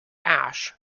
ash